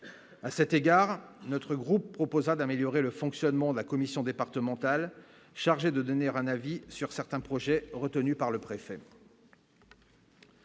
à cet égard, notre groupe proposera d'améliorer le fonctionnement de la commission départementale chargée de donner un avis sur certains projets retenus par le préfet.